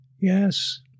Yes